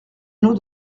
nous